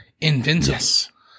Invincible